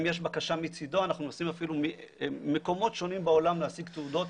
אם יש בקשה מצדו אנחנו נוסעים אפילו למקומות שונים בעולם להשיג תעודות